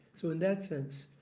so in that sense,